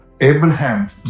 Abraham